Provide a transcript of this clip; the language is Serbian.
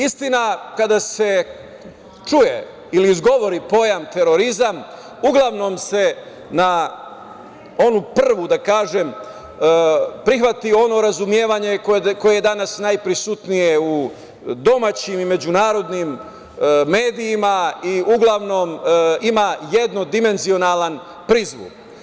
Istina, kada se čuje ili izgovori pojam terorizam, uglavnom se na onu prvu da kažem, prihvati ono razumevanje koje je danas najprisutnije u domaćim i međunarodnim medijima i uglavnom ima jedan dimenzionalan prizvuk.